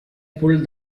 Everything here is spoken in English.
pulled